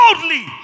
boldly